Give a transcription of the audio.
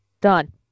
Done